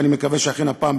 אני מקווה שאכן הפעם,